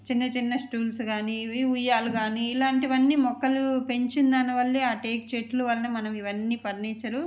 చిన్న చిన్న స్టూల్స్ కాని ఇవి ఉయ్యాల కాని ఇలాంటివన్నీ మొక్కలు పెంచిన్ దానివల్లే ఆ టేకు చెట్లు వల్లే మనం ఇవ్వన్నీ ఫర్నిచరు